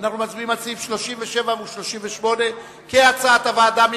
אני מצביע על סעיפים 35 ו-36 כהצעת הוועדה.